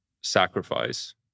sacrifice